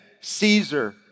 Caesar